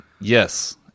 Yes